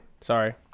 sorry